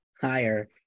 higher